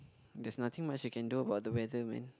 there's nothing much you can do about the weather man